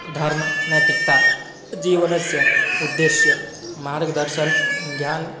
धर्मः नैतिकता जीवनस्य उद्देश्यं मार्गदर्शनं ज्ञानं